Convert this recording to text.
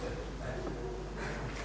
Hvala